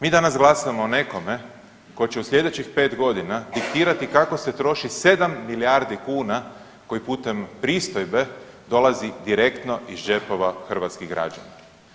Mi danas glasamo o nekome tko će u slijedećih 5.g. diktirati kako se troši 7 milijardi kuna koji putem pristojbe dolazi direktno iz džepova hrvatskih građana.